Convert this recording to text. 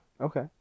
Okay